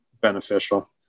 beneficial